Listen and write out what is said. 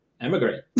emigrate